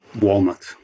Walnut